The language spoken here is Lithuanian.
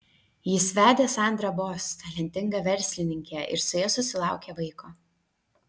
jis vedė sandrą boss talentingą verslininkę ir su ja susilaukė vaiko